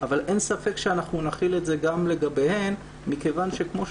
אבל אין ספק שאנחנו נחיל את זה גם לגביהן מכיוון שכמו שאמרת,